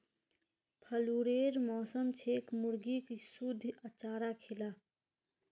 फ्लूरेर मौसम छेक मुर्गीक शुद्ध चारा खिला